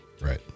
right